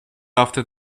after